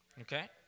Okay